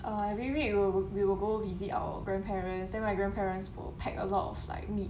uh every week we will go we will go visit our grandparents then my grandparents will pack a lot of like meat